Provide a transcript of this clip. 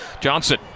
Johnson